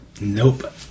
Nope